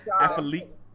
Athlete